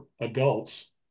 adults